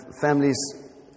families